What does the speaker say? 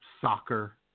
soccer